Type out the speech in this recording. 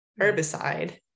herbicide